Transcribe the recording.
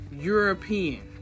European